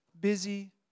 Busy